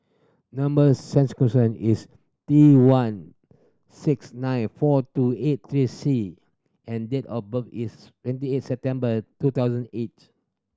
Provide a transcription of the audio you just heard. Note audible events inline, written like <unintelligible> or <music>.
number <unintelligible> is T one six nine four two eight three C and date of birth is twenty eight September two thousand eight